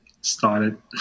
started